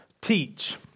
teach